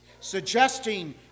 suggesting